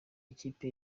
ikipe